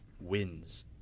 wins